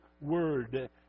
word